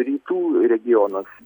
rytų regionas